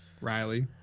Riley